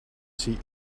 see